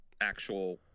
actual